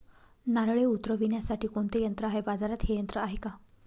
नारळे उतरविण्यासाठी कोणते यंत्र आहे? बाजारात हे यंत्र आहे का?